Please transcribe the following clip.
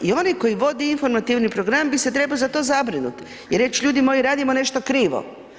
I oni koji vode informativni program bi se trebao za to zabrinut i reć ljudi moji radimo nešto krivo.